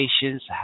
patients